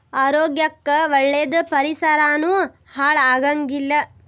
ಆರೋಗ್ಯ ಕ್ಕ ಒಳ್ಳೇದ ಪರಿಸರಾನು ಹಾಳ ಆಗಂಗಿಲ್ಲಾ